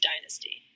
dynasty